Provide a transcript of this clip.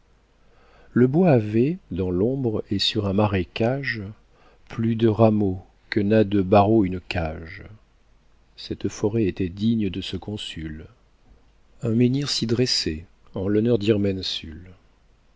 le bois avait dans l'ombre et sur un marécage plus de rameaux que n'a de barreaux une cage cette forêt était digne de ce consul un menhir s'y dressait en l'honneur d'irmensul